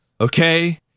Okay